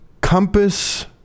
compass